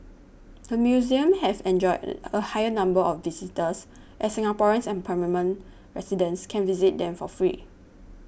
the museums have enjoyed a higher number of visitors as Singaporeans and permanent residents can visit them for free